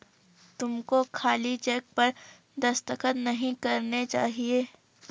तुमको खाली चेक पर दस्तखत नहीं करने चाहिए